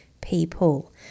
people